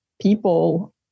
people